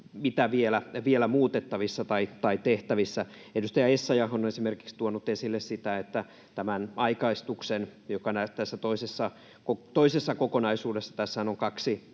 on vielä muutettavissa tai mitä tehtävissä. Edustaja Essayah on esimerkiksi tuonut esille sitä, että mitä tällä aikaistuksella, joka tässä toisessa kokonaisuudessa on mukana